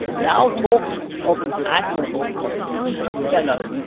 thou talkest of an admirable conceited fellow.